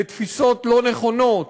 לתפיסות לא נכונות,